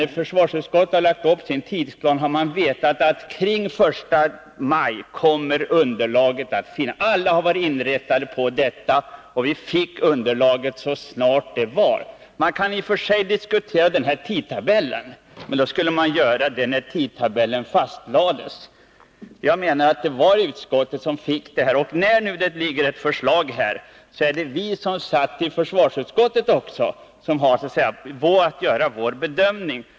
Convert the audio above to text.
När försvarsutskottet gjorde upp sin arbetsplan visste man att omkring den 1 maj skulle underlaget finnas, och vi fick det så snart det blev klart. Man kan i och för sig diskutera tidtabellen, men då skulle man ha gjort det när den fastställdes.